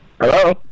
Hello